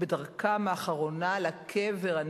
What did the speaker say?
בדרכם האחרונה לקבר.